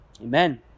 Amen